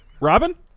Robin